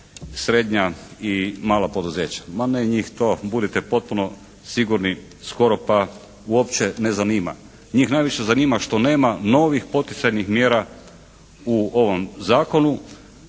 srednja i mala poduzeća. Ma ne njih to, budite potpuno sigurni, skoro pa uopće ne zanima. Njih najviše zanima što nema novih poticajnih mjera u ovom zakonu.